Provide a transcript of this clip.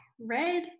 red